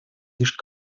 лишь